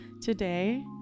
Today